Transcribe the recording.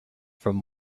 from